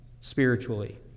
Spiritually